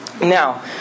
Now